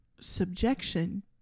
subjection